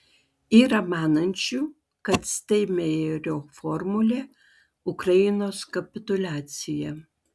yra manančių kad steinmeierio formulė ukrainos kapituliacija